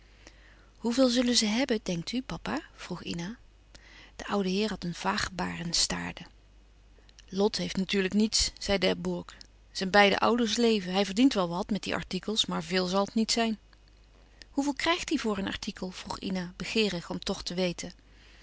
hoeveel zullen ze hebben denkt u papa vroeg ina de oude heer had een vaag gebaar en staarde lot heeft natuurlijk niets zei d'herbourg zijn beide ouders leven hij verdient wel wat met die artikels maar veel zal het niet zijn hoeveel krijgt hij voor een artikel vroeg ina begeerig om toch te weten